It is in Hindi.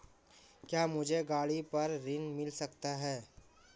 क्या मुझे गाड़ी पर ऋण मिल सकता है?